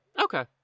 Okay